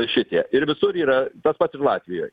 šitie ir visur yra tas pats ir latvijoj